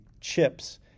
CHIPS